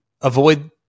avoid